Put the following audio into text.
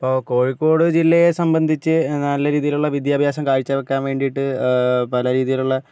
ഇപ്പം കോഴിക്കോട് ജില്ലയെ സംബന്ധിച്ച് നല്ല രീതിയിലുള്ള വിദ്യാഭ്യാസം കാഴ്ചവയ്ക്കാൻ വേണ്ടിയിട്ട് പല രീതിയിലുള്ള